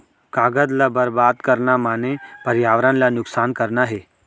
कागद ल बरबाद करना माने परयावरन ल नुकसान करना हे